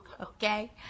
Okay